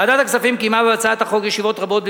ועדת הכספים קיימה בהצעת החוק ישיבות רבות,